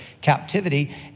captivity